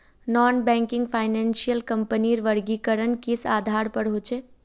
Non banking finance कंपनीर वर्गीकरण किस आधार पर होचे?